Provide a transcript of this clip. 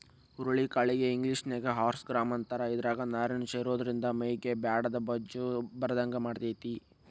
ಹುರುಳಿ ಕಾಳಿಗೆ ಇಂಗ್ಲೇಷನ್ಯಾಗ ಹಾರ್ಸ್ ಗ್ರಾಂ ಅಂತಾರ, ಇದ್ರಾಗ ನಾರಿನಂಶ ಇರೋದ್ರಿಂದ ಮೈಗೆ ಬ್ಯಾಡಾದ ಬೊಜ್ಜ ಬರದಂಗ ಮಾಡ್ತೆತಿ